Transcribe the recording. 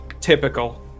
Typical